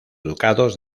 ducados